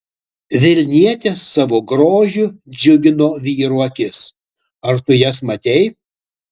vilnietės savo grožiu džiugino vyrų akis ar tu jas matei